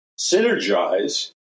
synergize